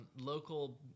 local